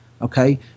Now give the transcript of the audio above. Okay